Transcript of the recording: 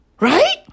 Right